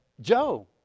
Joe